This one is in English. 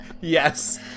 Yes